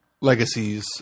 legacies